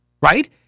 right